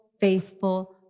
faithful